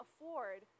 afford